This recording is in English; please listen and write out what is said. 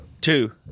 two